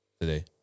today